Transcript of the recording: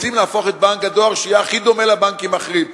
רוצה להפוך את בנק הדואר שיהיה הכי דומה לבנקים האחרים,